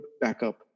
backup